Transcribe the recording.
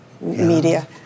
media